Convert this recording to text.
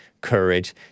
courage